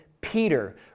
Peter